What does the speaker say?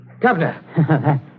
Governor